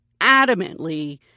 adamantly